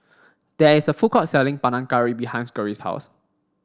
there is a food court selling Panang Curry behind Geri's house